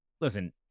Listen